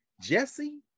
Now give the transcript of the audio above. Jesse